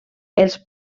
els